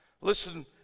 Listen